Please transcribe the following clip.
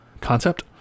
concept